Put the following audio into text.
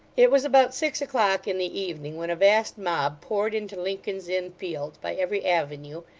it was about six o'clock in the evening, when a vast mob poured into lincoln's inn fields by every avenue,